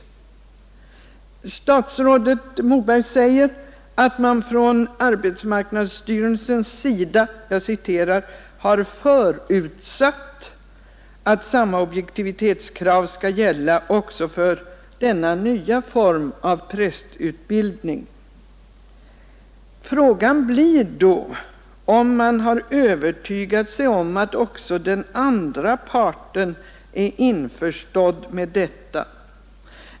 Statsrådet Moberg säger att man från arbetsmarknadsstyrelsens sida ”har förutsatt” att samma objektivitetskrav skall gälla även för denna nya form av prästutbildning. Frågan blir då, om man har övertygat sig om att också den andra parten är införstådd med detta.